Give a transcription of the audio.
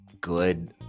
good